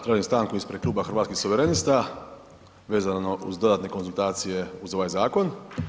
Tražim stanku ispred Kluba Hrvatskih suverenista vezano uz dodatne konzultacije uz ovaj zakon.